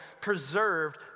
Preserved